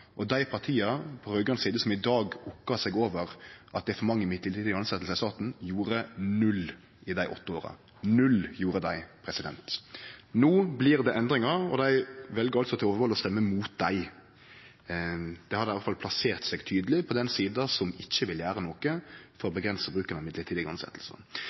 Dei partia på raud-grøn side som i dag okkar seg over at det er for mange mellombels tilsetjingar i staten, gjorde null i dei åtte åra – null gjorde dei. No blir det endringar, og dei vel altså til overmål å stemme mot dei. Då har dei iallfall plassert seg tydeleg på den sida som ikkje vil gjere noko for å avgrense bruken av